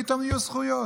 פתאום נהיו זכויות.